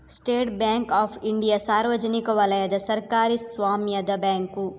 state Bank of India ಸಾರ್ವಜನಿಕ ವಲಯದ ಸರ್ಕಾರಿ ಸ್ವಾಮ್ಯದ ಬ್ಯಾಂಕು